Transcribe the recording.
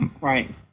Right